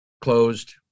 closed